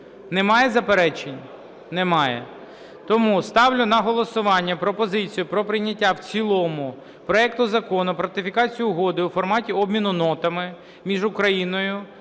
Немає заперечень? Немає. Тому ставлю на голосування пропозицію про прийняття в цілому проекту Закону про ратифікацію Угоди (у формі обміну нотами) між Україною